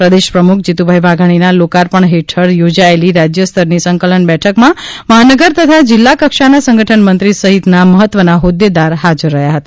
પ્રદેશ પ્રમુખ જીતુભાઇ વાઘાણીના લોકાર્પણ હેઠળ યોજાયેલી રાજ્ય સ્તરની સંકલન બેઠકમાં મહાનગર તથા જિલ્લા કક્ષાના સંગઠન મંત્રી સહિતના મહત્વના હોદ્દેદાર હાજર રહ્યાં હતા